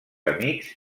amics